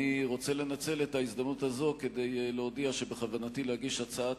אני רוצה לנצל את ההזדמנות הזאת כדי להודיע שבכוונתי להגיש הצעת